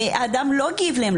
האדם לא הגיב להם,